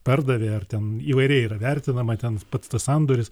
pardavė ar ten įvairiai yra vertinama ten pats tas sandoris